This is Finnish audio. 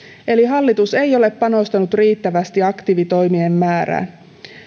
eli hallitus ei ole panostanut riittävästi aktiivitoimien määrään